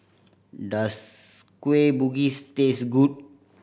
does Kueh Bugis taste good